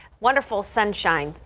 wonderful sunshine.